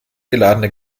geladene